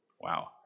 wow